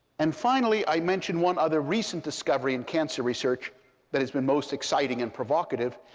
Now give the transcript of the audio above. and finally, i mention one other recent discovery in cancer research that has been most exciting and provocative.